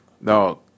No